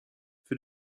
für